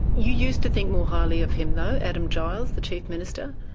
you used to think more highly of him though, adam giles, the chief minister.